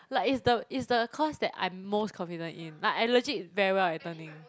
like it's the it's the course that I'm most confident in like I legit very well at turning